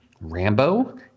Rambo